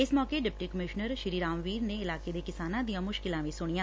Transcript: ਇਸ ਮੌਕੇ deputy commissioner Ramvir ਨੇ ਇਲਾਕੇ ਦੇ ਕਿਸਾਨਾਂ ਦੀਆਂ ਮੁਸ਼ਕਿਲਾਂ ਵੀ ਸੁਣੀਆਂ